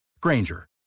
Granger